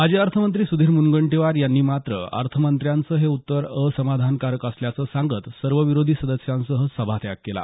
माजी अर्थमंत्री सुधीर मुनगंटीवार यांनी मात्र अर्थमंत्र्यांचं हे उत्तर असमाधानकारक असल्याचं सांगत सर्व विरोधी सदस्यांसह सभात्याग केला